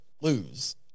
lose